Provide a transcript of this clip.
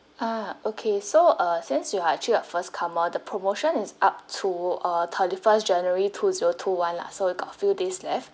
ah okay so uh since you are actually a first comer the promotion is up to uh thirty first january two zero two one lah so you got few days left